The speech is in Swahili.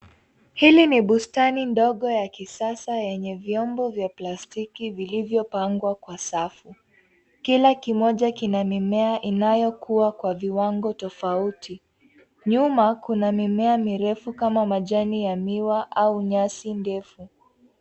Hili ni bustani ndogo ya kisasa yenye vyombo vya plastiki vilivyopangwa kwa safu. Kila kimoja kina mimea inayokua kwa viwango tofauti. Nyuma kuna mimea mirefu kama majani ya miwa au nyasi ndefu.